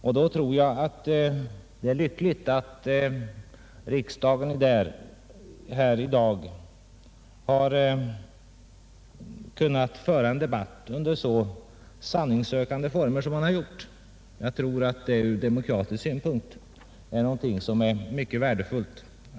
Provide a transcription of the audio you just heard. Jag tror att det är lyckligt att riksdagen i dag har kunnat föra en debatt under så sanningssökande former som har skett. Jag tror att det ur demokratisk synpunkt är mycket värdefullt.